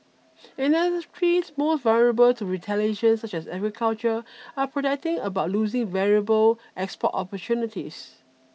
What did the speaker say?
and industries most vulnerable to retaliation such as agriculture are protesting about losing valuable export opportunities